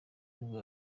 nibwo